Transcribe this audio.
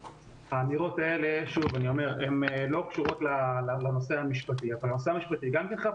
האמירות האלה הן לא קשורות לנושא המשפטי אבל הנושא המשפטי גם כן חייב